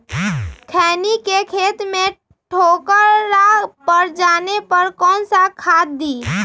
खैनी के खेत में ठोकरा पर जाने पर कौन सा खाद दी?